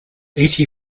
eighty